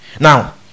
Now